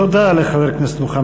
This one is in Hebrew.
תודה לחבר הכנסת מוחמד